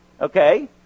okay